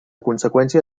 conseqüència